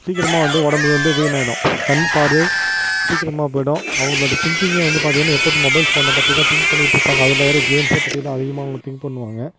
சீக்கிரமாக வந்து உடம்பு வந்து வீணாயிடும் கண் பார்வை சீக்கிரமா போய்டும் அவங்களோட திங்க்கிங்கே வந்து பார்த்திங்னா எப்போதும் மொபைல் ஃபோனை பற்றி தான் திங்க் பண்ணிட்டிருப்பாங்க அதில் வர கேம்ஸை பற்றி தான் அதிகமாக அவங்க திங்க் பண்ணுவாங்க